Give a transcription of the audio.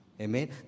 Amen